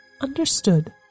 Understood